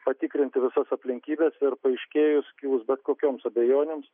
patikrinti visas aplinkybes ir paaiškėjus kilus bet kokioms abejonėms